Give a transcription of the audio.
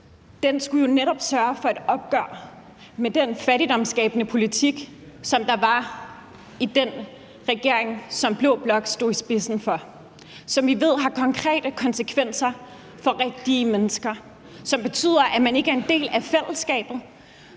skulle jo netop sørge for et opgør med den fattigdomsskabende politik, som der var i den regering, som blå blok stod i spidsen for, og som vi ved har konkrete konsekvenser for rigtige mennesker, og som betyder, at man ikke er en del af fællesskabet.